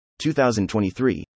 2023